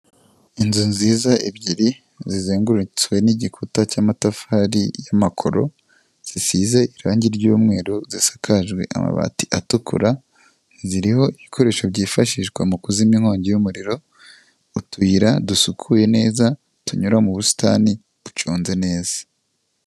Inzu nziza ebyiri zizengurutswe n'igikuta cy'amatafari y'amakoro, zisize irangi ry'umweru zisakajwe amabati atukura, ziriho ibikoresho byifashishwa mu kuzimya inkongi y'umuriro, utuyira dusukuye neza tunyura mu busitani duconze neza.